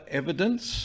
evidence